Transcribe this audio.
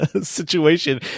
situation